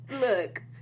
look